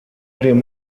dem